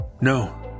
No